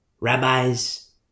Rabbis